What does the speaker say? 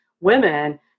women